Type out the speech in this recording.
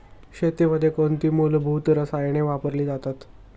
शेतीमध्ये कोणती मूलभूत रसायने वापरली जातात?